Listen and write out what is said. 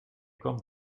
kwam